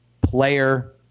player